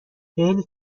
خیلی